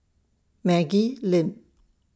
Maggie Lim